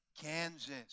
Kansas